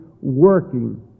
working